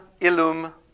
illum